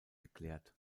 geklärt